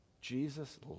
Jesus